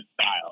style